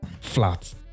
flat